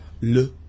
Le